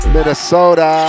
Minnesota